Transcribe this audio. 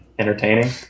Entertaining